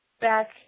back